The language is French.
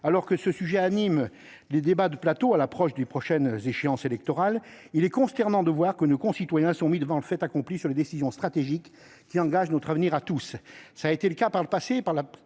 Alors que ce sujet anime les débats de plateau à l'approche des échéances électorales, il est consternant de voir que nos concitoyens sont mis devant le fait accompli pour des décisions stratégiques qui engagent notre avenir à tous. Tel fut le cas, par le passé,